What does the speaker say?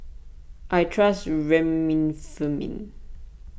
I trust Remifemin